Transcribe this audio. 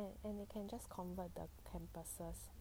and and you can just convert the campuses